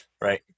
Right